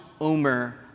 omer